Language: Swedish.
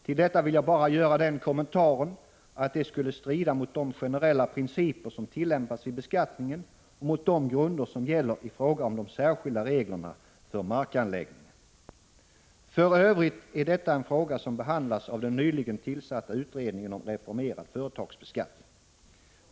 Till detta vill jag bara göra den kommentaren, att detta skulle strida mot de generella principer som tillämpas vid beskattningen och mot de grunder som gäller i fråga om de särskilda reglerna för markanläggningar. För övrigt är detta en fråga som behandlas av den nyligen tillsatta utredningen om en reformerad företagsbeskattning.